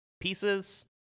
pieces